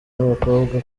b’abakobwa